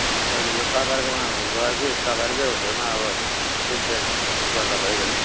अँ सजिलो तपाईँहरूकोमा गएपछि तपाईँहरूकै होटलमा अब सिट बुक गर्दै भइगयो नि